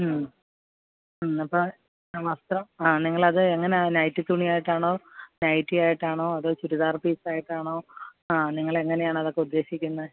ഉം ഉം അപ്പോള് വസ്ത്രം ആ നിങ്ങളത് എങ്ങനാ നൈറ്റി തുണിയായിട്ടാണോ നൈറ്റി ആയിട്ടാണോ അതോ ചുരിദാർ പീസായിട്ടാണോ ആ നിങ്ങളെങ്ങനെയാണ് അതൊക്ക ഉദ്ദേശിക്കുന്നേ